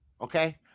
okay